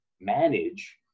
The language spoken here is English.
manage